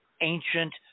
ancient